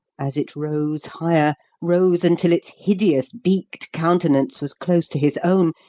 as it rose higher rose until its hideous beaked countenance was close to his own,